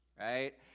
right